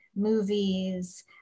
movies